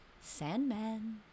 sandman